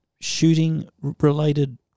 shooting-related